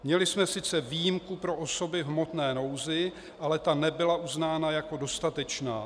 Měli jsme sice výjimku pro osoby v hmotné nouzi, ale ta nebyla uznána jako dostatečná.